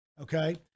Okay